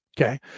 Okay